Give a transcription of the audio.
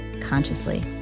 consciously